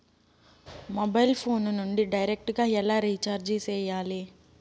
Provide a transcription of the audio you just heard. mobile phone నుండి direct గా ఎలా రీచార్జి సేయాలి